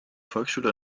volksschule